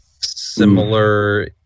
similar